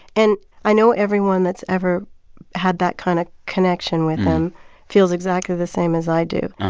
and i know everyone that's ever had that kind of connection with him feels exactly the same as i do.